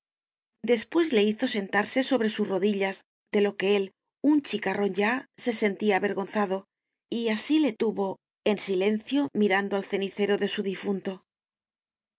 después le hizo sentarse sobre sus rodillas de lo que él un chicarrón ya se sentía avergonzado y así le tuvo en silencio mirando al cenicero de su difunto